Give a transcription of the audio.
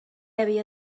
havia